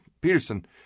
Peterson